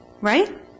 Right